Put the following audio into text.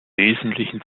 wesentlichen